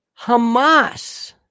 Hamas